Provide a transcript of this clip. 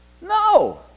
no